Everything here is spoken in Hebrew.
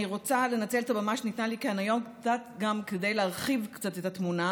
אני רוצה לנצל את הבמה שניתנה לי כאן היום כדי להרחיב קצת את התמונה.